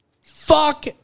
Fuck